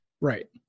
right